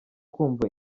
kumva